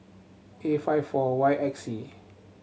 A five four Y X C